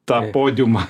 tą podiumą